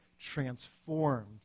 transformed